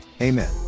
Amen